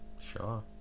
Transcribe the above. sure